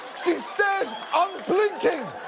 she stares unblinking!